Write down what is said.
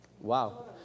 Wow